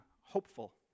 hopeful